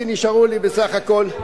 כי נשארו לי בסך הכול,